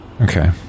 Okay